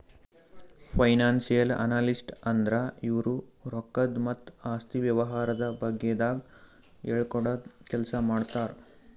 financial analyst ಅಂದ್ರ ಇವ್ರು ರೊಕ್ಕದ್ ಮತ್ತ್ ಆಸ್ತಿ ವ್ಯವಹಾರದ ಬಗ್ಗೆದಾಗ್ ಹೇಳ್ಕೊಡದ್ ಕೆಲ್ಸ್ ಮಾಡ್ತರ್